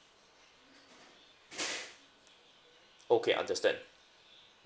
okay understand yeah